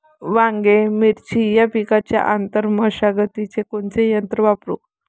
वांगे, मिरची या पिकाच्या आंतर मशागतीले कोनचे यंत्र वापरू?